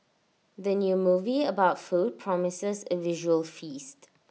the new movie about food promises A visual feast